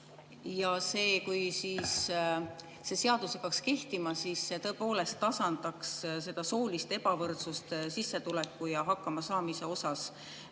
kauem. Kui see seadus hakkaks kehtima, siis see tõepoolest tasandaks soolist ebavõrdsust sissetuleku ja hakkamasaamise